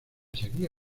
seguía